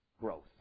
growth